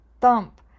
thump